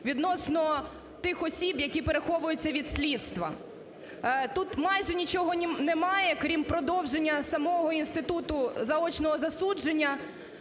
відносно тих осіб, які переховуються від слідства. Тут майже нічого немає, крім продовження самого інституту заочного засудження